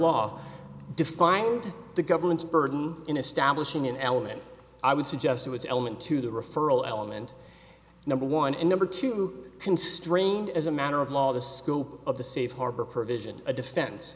law defined the government's burden in establishing an element i would suggest it was element to the referral element number one and number two constrained as a matter of law the school of the safe harbor provision a defense